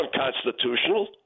unconstitutional